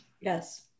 Yes